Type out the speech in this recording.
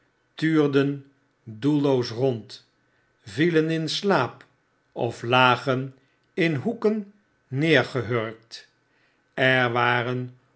tuurden doelloos rond vielen in slaap of lagen in hoeken neergehurkt er waren